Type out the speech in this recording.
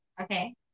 Okay